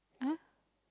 !huh!